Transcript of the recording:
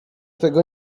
tego